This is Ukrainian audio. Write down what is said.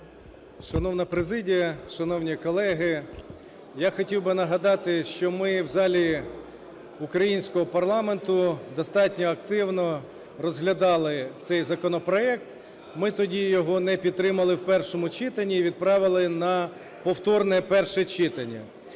Шановна президія, шановні колеги! Я хотів би нагадати, що ми в залі українського парламенту достатньо активно розглядали цей законопроект, ми тоді його не підтримали в першому читанні і відправили на повторне перше читання.